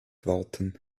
warten